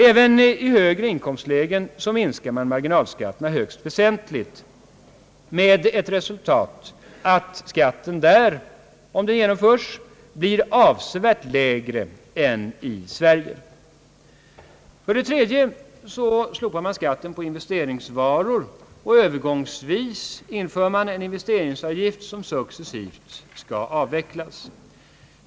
även i högre inkomstlägen minskar man marginalskatterna högst väsentligt med resultat att skatten där, om förslaget genomförs, blir avsevärt lägre än i Sverige. Man slopar för det tredje skatten på investeringsvaror, och övergångsvis inför man en investeringsavgift som successivt skall avvecklas.